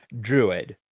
druid